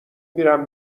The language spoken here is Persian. میرم